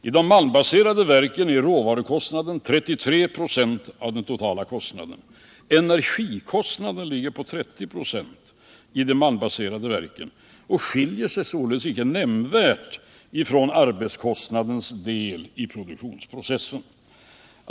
I de malmbaserade verken är råvarukostnaden 33 926 av den totala kostnaden. Energikostnaden ligger på 20 ?6 i de malmbaserade verken och skiljer sig således inte nämnvärt från arbetskraftskostnadens del i produktionsprocessen.